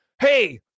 hey